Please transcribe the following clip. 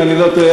אם אני לא טועה,